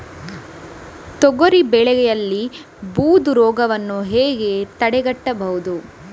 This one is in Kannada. ತೊಗರಿ ಬೆಳೆಯಲ್ಲಿ ಬೂದು ರೋಗವನ್ನು ಹೇಗೆ ತಡೆಗಟ್ಟಬಹುದು?